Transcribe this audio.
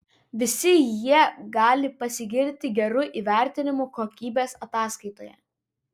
visi jie gali pasigirti geru įvertinimu kokybės ataskaitoje